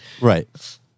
Right